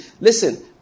Listen